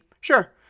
Sure